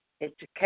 education